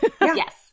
Yes